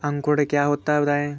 अंकुरण क्या होता है बताएँ?